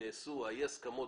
בואו נאמר אי ההסכמות,